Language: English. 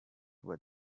was